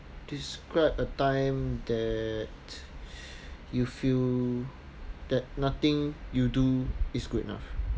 describe a time that you feel that nothing you do is good enough